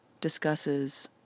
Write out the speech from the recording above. discusses